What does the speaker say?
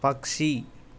పక్షి